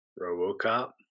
Robocop